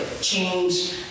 change